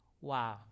Wow